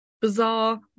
bizarre